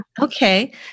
Okay